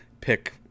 pick